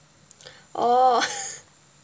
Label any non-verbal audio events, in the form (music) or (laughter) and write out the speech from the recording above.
orh (laughs)